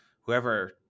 Whoever